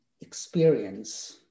experience